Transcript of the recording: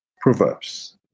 Proverbs